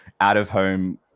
out-of-home